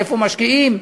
איפה משקיעים,